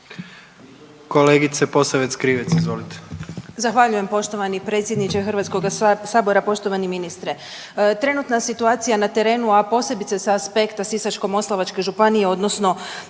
Kolegice Posavec Krivec, izvolite.